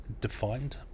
defined